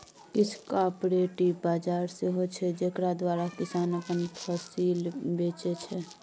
किछ कॉपरेटिव बजार सेहो छै जकरा द्वारा किसान अपन फसिल बेचै छै